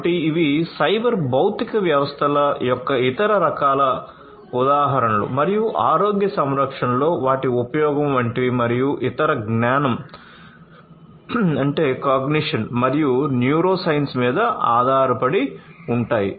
కాబట్టి ఇవి సైబర్ భౌతిక వ్యవస్థల యొక్క ఇతర రకాల ఉదాహరణలు మరియు ఆరోగ్య సంరక్షణలో వాటి ఉపయోగం వంటివి మరియు ఇవి జ్ఞానం మరియు న్యూరోసైన్స్ మీద ఆధారపడి ఉంటాయి